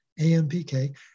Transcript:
AMPK